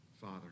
father